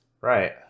right